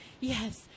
Yes